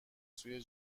سوی